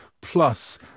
plus